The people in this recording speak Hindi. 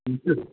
जी